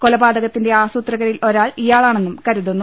കൊലപാതകത്തിന്റെ ആസൂത്ര കരിൽ ഒരാൾ ഇയാളാണെന്നും കരുതുന്നു